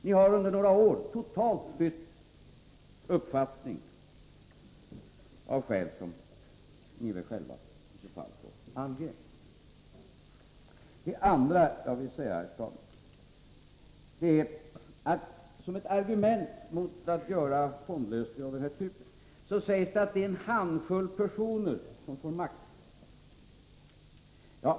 Ni har under några år totalt bytt uppfattning — av skäl som ni väl själva i så fall får ange. Som ett argument mot fondlösningar av den här typen sägs det att det är en handfull personer som får makt.